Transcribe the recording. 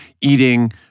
eating